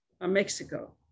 Mexico